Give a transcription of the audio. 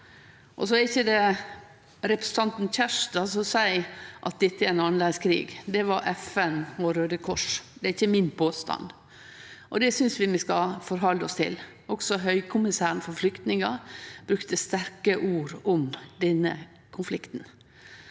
Det er ikkje representanten Kjerstad som seier at dette er ein annleis krig. Det var FN og Røde Kors. Det er ikkje min påstand. Det synest eg vi skal forhalde oss til. Også Høgkommissæren for flyktningar brukte sterke ord om denne konflikten.